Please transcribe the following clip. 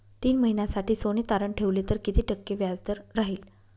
तीन महिन्यासाठी सोने तारण ठेवले तर किती टक्के व्याजदर राहिल?